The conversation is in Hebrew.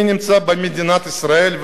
אני נמצא במדינת ישראל,